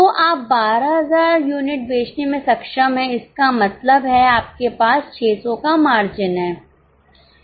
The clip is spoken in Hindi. तो आप 12000 यूनिट बेचने में सक्षम हैं इसका मतलब है आपके पास 600 का मार्जिन है